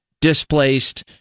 displaced